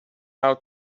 how